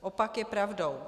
Opak je pravdou.